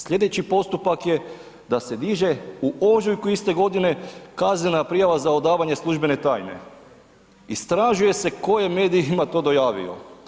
Slijedeći postupak je da se diže u ožujku iste godine kaznena prijava za odavanje službene tajne, istražuje se tko je medijima to dojavio.